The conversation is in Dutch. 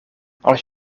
als